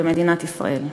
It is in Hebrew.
במדינת ישראל.